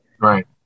right